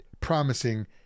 promising